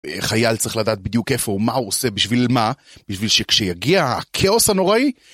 חייל צריך לדעת בדיוק איפה הוא, מה הוא עושה, בשביל מה? בשביל שכשיגיע הכאוס הנוראי...